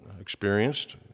experienced